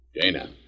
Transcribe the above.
Dana